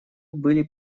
были